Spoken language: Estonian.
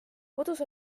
kodus